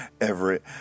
Everett